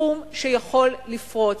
תחום שיכול לפרוץ.